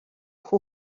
who